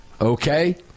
okay